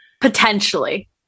potentially